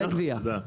ובכוונה דף אחד,